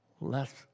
less